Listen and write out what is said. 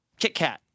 KitKat